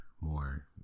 more